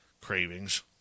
cravings